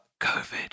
COVID